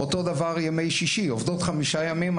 אותו דבר לגבי ימי שישי עובדות חמישה ימים,